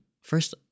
first